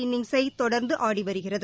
இன்னிங்ஸை தொடர்ந்து ஆடி வருகிறது